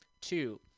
Two